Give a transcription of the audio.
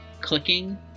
clicking